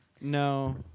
No